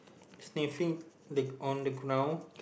sniffing the on the ground